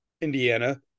indiana